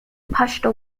pashto